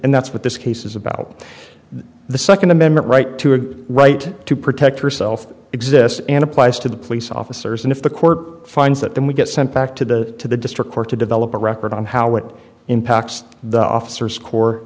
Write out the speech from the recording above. and that's what this case is about the second amendment right to a right to protect herself exists and applies to the police officers and if the court finds that then we get sent back to the to the district court to develop a record on how it impacts the officers cor